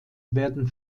werden